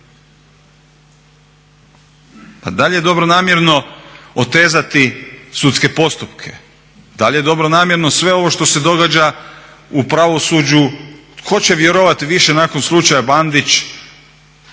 Pa da li je dobronamjerno otezati sudske postupke, da li je dobronamjerno sve ovo što se događa u pravosuđu? Tko će vjerovati više nakon slučaja Bandić